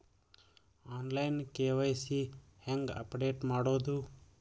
On line KYC ಹೇಂಗ update ಮಾಡೋದು?